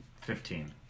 Fifteen